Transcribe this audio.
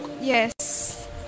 Yes